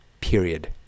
period